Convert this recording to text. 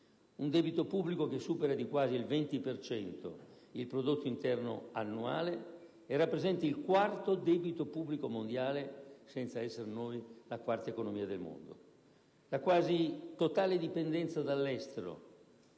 un debito pubblico che supera di quasi il 20 per cento il prodotto interno annuale e rappresenta il quarto debito pubblico mondiale, senza essere noi la quarta economia del mondo; la quasi totale dipendenza dall'estero